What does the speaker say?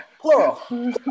plural